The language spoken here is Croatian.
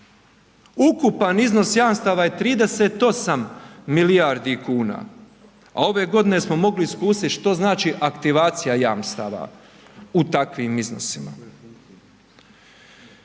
Ukupan iznos jamstava je 38 milijardi kuna, a ove godine smo mogli iskusiti što znači aktivacija jamstava u takvim iznosima.